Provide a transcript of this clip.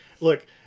Look